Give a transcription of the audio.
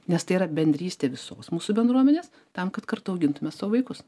nes tai yra bendrystė visos mūsų bendruomenės tam kad kartu augintume savo vaikus